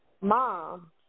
Mom